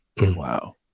Wow